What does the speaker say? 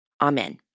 Amen